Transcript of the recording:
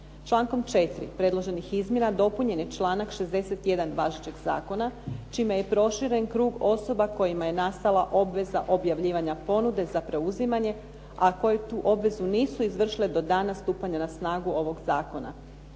Člankom 4. predloženih izmjena, dopunjen je članak 61. važećeg zakona čime je proširen krug osoba kojima je nastala obveza objavljivanja ponude za preuzimanje, a koji tu obvezu nisu izvršile do dana stupanja na snagu ovog zakona.